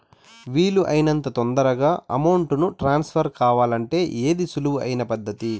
వీలు అయినంత తొందరగా అమౌంట్ ను ట్రాన్స్ఫర్ కావాలంటే ఏది సులువు అయిన పద్దతి